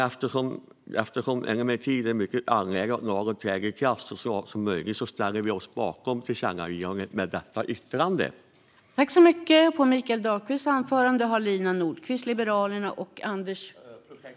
Eftersom det är mycket angeläget att lagen träder i kraft så snart som möjligt ställer vi oss bakom tillkännagivandet med detta yttrande. Jag yrkar bifall till förslaget i betänkandet.